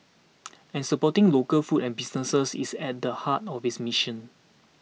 and supporting local food and businesses is at the heart of its mission